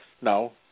no